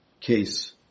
case